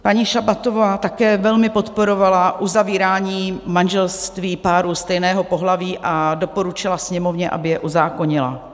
Paní Šabatová také velmi podporovala uzavírání manželství párů stejného pohlaví a doporučila Sněmovně, aby je uzákonila.